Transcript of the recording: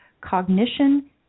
cognition